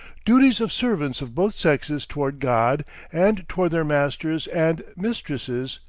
duties of servants of both sexes toward god and toward their masters and mistresses,